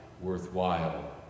worthwhile